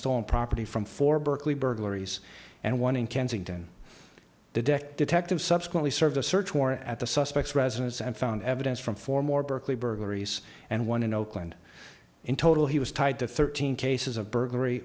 stolen property from four berkeley burglaries and one in kensington the deck detective subsequently serve a search warrant at the suspects residence and found evidence from four more berkeley burglaries and one in oakland in total he was tied to thirteen cases of burglary